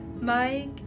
Mike